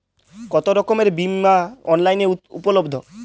কতোরকমের বিমা অনলাইনে উপলব্ধ?